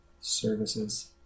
services